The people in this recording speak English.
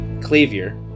Clavier